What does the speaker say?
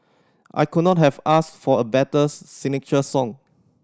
I could not have asked for a betters signature song